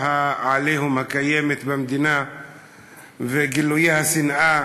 ה"עליהום" הקיימת במדינה וגילויי השנאה